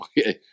Okay